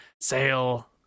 Sail